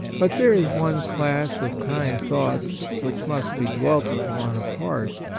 but there is one class of kind thoughts which must be dwelt upon apart.